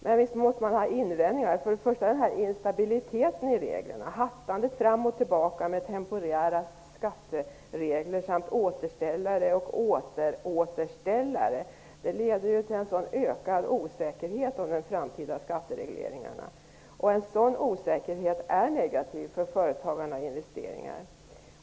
Man måste göra invändningar, först och främst mot instabiliteten i reglerna, hattandet fram och tillbaka med temporära skatteregler samt återställare och återåterställare. Det leder till en ökad osäkerhet om de framtida skatteregleringarna, och en sådan osäkerhet är negativ för företagande och investeringar.